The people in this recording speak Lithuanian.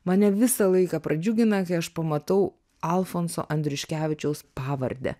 mane visą laiką pradžiugina kai aš pamatau alfonso andriuškevičiaus pavardę